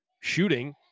shooting